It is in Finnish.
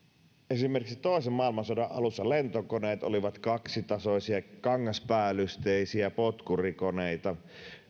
esimerkiksi toisen maailmansodan alussa lentokoneet olivat kaksitasoisia kangaspäällysteisiä potkurikoneita